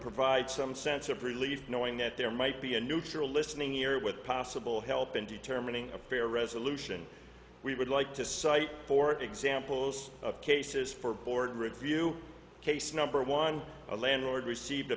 provide some sense of relief knowing that there might be a neutral listening ear with possible help in determining a fair resolution we would like to cite for examples of cases for board review case number one a landlord received a